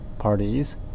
parties